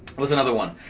what's another one?